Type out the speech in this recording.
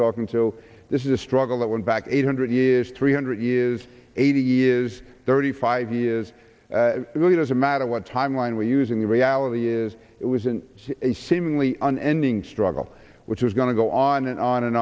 talking to this is a struggle that went back eight hundred years three hundred years eighty years thirty five years really doesn't matter what timeline we're using the reality is it was a seemingly unending struggle which was going to go on and on and